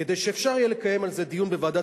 כדי שאפשר יהיה לקיים על זה דיון בוועדת